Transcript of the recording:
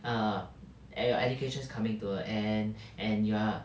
err that your education coming to and you are